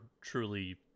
truly